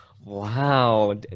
Wow